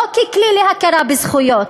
לא ככלי להכרה בזכויות,